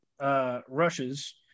rushes